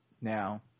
now